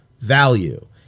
value